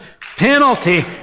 Penalty